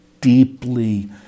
deeply